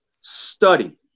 study